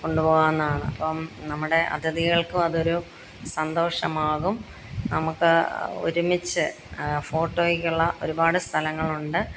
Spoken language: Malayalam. കൊണ്ടുപോകാന്നതാണ് അപ്പോള് നമ്മുടെ അതിഥികൾക്കുമതൊരു സന്തോഷമാകും നമുക്ക് ഒരുമിച്ച് ഫോട്ടോയ്ക്കുള്ള ഒരുപാട് സ്ഥലങ്ങളുണ്ട്